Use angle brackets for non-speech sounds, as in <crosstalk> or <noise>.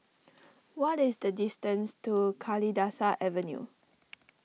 <noise> what is the distance to Kalidasa Avenue